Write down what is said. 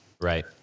right